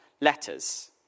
letters